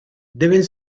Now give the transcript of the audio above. deben